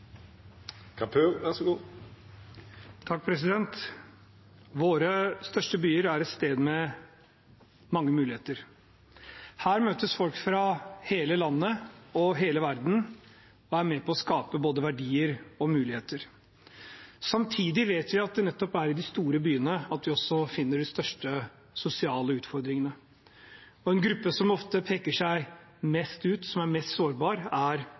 Våre største byer er steder med mange muligheter. Her møtes folk fra hele landet og hele verden og er med på å skape både verdier og muligheter. Samtidig vet vi at det er nettopp i de store byene vi også finner de største sosiale utfordringene. En gruppe som ofte peker seg mest ut, og som er mest sårbar, er